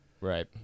right